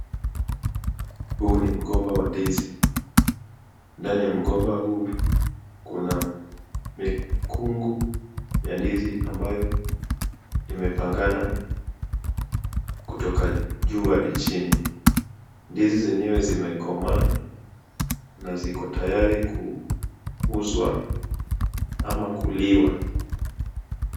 Huu ni mgomba wa ndizi ndani ya mgomba huu, kuna mikungu ya ndizi ambayo imepangana kutoka juu ya hadi chini, ndizi zenyewe zimekomaa na ziko tayari kuuzwa ama kuliwa.